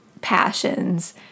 passions